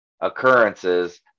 occurrences